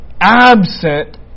absent